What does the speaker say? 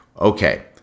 Okay